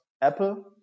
apple